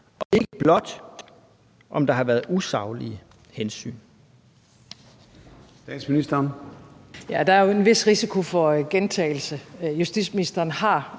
og ikke blot, om der har været usaglige hensyn.